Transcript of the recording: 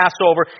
Passover